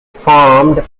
formed